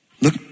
Look